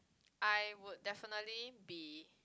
I would definitely be